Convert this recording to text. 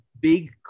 big